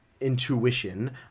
intuition